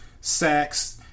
sacks